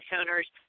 owners